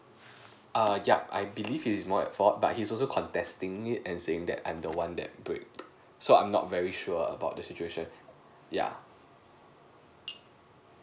err yup I believe he is more at fault but he's also contesting it and saying that I'm the one that break so I'm not very sure about the situation yeah